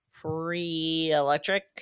pre-electric